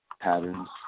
patterns